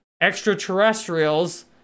extraterrestrials